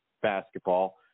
basketball